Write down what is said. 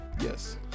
Yes